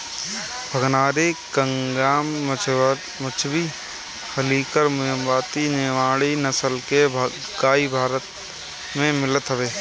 भगनारी, कंगायम, मालवी, हल्लीकर, मेवाती, निमाड़ी नसल के गाई भारत में मिलत हवे